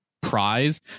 prize